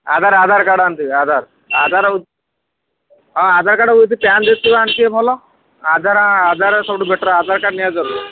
ଆଧାର Aadhaar card ଆଣିଥିବେ ଆଧାର ଆଧାର ହ ହଁ ଆଧାର କାର୍ଡ଼ ଉଇଥ୍ ପ୍ୟାନ୍ ଯଦି ଥିବ ଆଣିଥିବେ ଭଲ ଆଧାର ଆଧାର ସବୁଠୁ ବେଟର୍ ଆଧାର କାର୍ଡ଼୍ ନିହାତି ଦରକାର